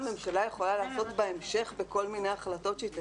מה הממשלה יכולה לעשות בהמשך בכל מיני ההחלטות שהיא תקבל?